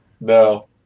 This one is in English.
No